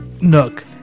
nook